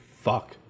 fuck